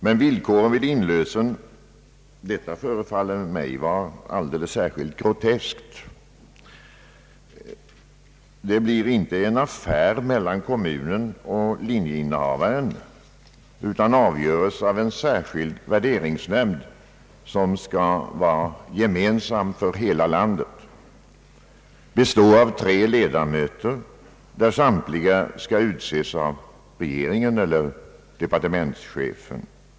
Men inlösandet blir — och detta förefaller mig vara särskilt groteskt — inte en affär mellan kommunen och linjeinnehavaren, utan här träffas avgörandet av en särskild värderingsnämnd som skall vara gemensam för hela landet, bestående av tre ledamöter som samtliga skall utses av regeringen eller departementschefen.